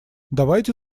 давайте